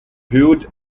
huge